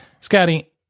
Scotty